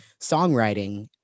songwriting